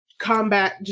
combat